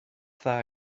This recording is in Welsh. dda